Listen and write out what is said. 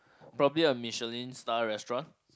probably a Michelin star restaurant